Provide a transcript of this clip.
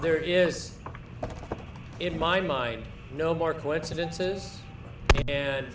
there is in my mind no more coincidences